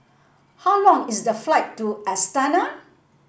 how long is the flight to Astana